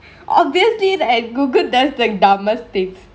obviously like Google has the dumbest thingks